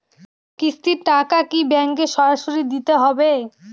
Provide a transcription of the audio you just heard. কিস্তির টাকা কি ব্যাঙ্কে সরাসরি দিতে হবে?